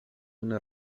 una